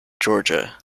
georgia